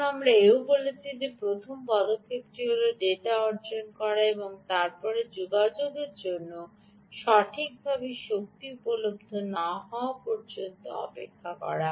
এখন আমরা এও বলেছি যে প্রথম পদক্ষেপটি হল ডেটা অর্জন করা এবং তারপরে যোগাযোগের জন্য সঠিকভাবে শক্তি উপলব্ধ না হওয়া পর্যন্ত অপেক্ষা করা